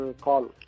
call